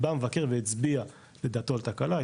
בא המבקר והצביע את דעתו על תקלה,